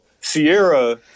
Sierra